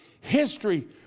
History